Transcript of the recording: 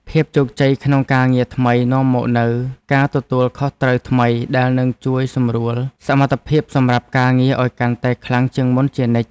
ភាពជោគជ័យក្នុងការងារថ្មីនាំមកនូវការទទួលខុសត្រូវថ្មីដែលនឹងជួយសម្រួលសមត្ថភាពសម្រាប់ការងារឱ្យកាន់តែខ្លាំងជាងមុនជានិច្ច។